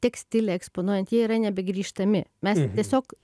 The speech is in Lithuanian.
tekstilę eksponuojant jie yra nebegrįžtami mes tiesiog